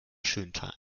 schöntal